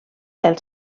els